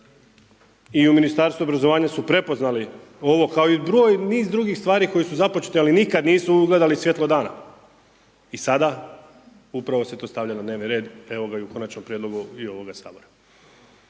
I u Ministarstvu obrazovanja su prepoznali ovo kao i broj niz drugih stvari koje su započete ali nikada nisu ugledali svjetlo dana i sada upravo to se stavlja na dnevni red evo ga i u konačnom prijedlogu i ovoga Sabora.